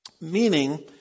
meaning